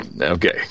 okay